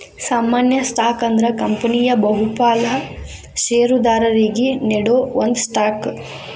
ಸಾಮಾನ್ಯ ಸ್ಟಾಕ್ ಅಂದ್ರ ಕಂಪನಿಯ ಬಹುಪಾಲ ಷೇರದಾರರಿಗಿ ನೇಡೋ ಒಂದ ಸ್ಟಾಕ್